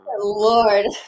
lord